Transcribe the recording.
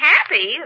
Happy